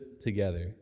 together